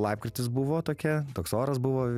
lapkritis buvo tokia toks oras buvo